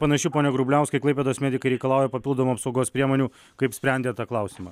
panaši pone grubliauskai klaipėdos medikai reikalauja papildomų apsaugos priemonių kaip sprendėt tą klausimą